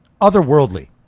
otherworldly